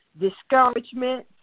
discouragement